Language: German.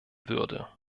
würde